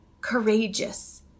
courageous